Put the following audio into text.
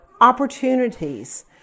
opportunities